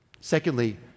Secondly